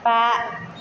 बा